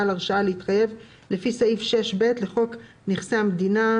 על הרשאה להתחייב לפי סעיף 6(ב) של חוק נכסי המדינה,